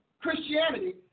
Christianity